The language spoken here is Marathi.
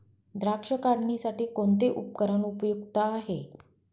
द्राक्ष काढणीसाठी कोणते उपकरण उपयुक्त आहे?